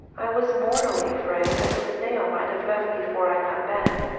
i was mortally afraid that the snail might have left before i got back.